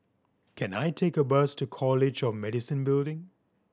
can I take a bus to College of Medicine Building